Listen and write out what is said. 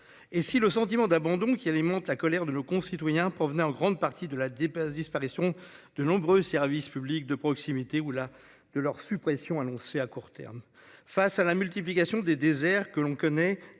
et si le sentiment d'abandon qui alimentent la colère de nos concitoyens provenaient en grande partie de la dépasse, disparition de nombreux services publics de proximité ou là de leur suppression annoncée à court terme. Face à la multiplication des déserts, que l'on connaît